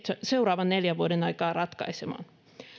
seuraavan neljän vuoden aikana ratkaisemaan